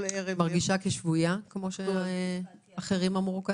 את מרגישה שבויה כמו שאחרים אמרו?